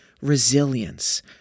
resilience